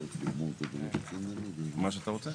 למטה.